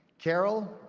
carol,